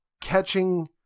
catching